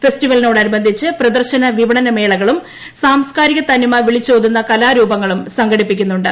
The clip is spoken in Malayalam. ഫെസ്റ്റിവെലിനോടനുബന്ധിച്ച് പ്രദർശന വിപണനമേളകളും സാംസ്കാരിക തനിമ വിളിച്ചോതുന്ന കലാരൂപങ്ങളും സംഘടിപ്പിക്കുന്നുണ്ട്